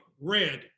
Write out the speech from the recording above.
red